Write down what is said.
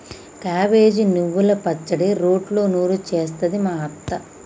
cabbage నువ్వల పచ్చడి రోట్లో నూరి చేస్తది మా అత్త